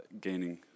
gaining